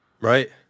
right